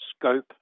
scope